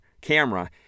Camera